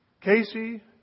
Casey